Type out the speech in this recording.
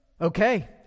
okay